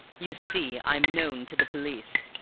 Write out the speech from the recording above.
you see, i'm known to the police,